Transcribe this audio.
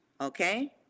okay